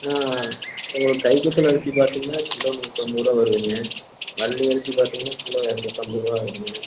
உங்களுக்கு கை குத்தல் அரிசி பார்த்தீங்கன்னா கிலோ நூற்றைம்பதுருவா வருதுங்க வள்ளி அரிசி பாத்தீங்கன்னா கிலோ எரநூற்றைம்பதுருவா வருதுங்க